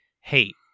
hate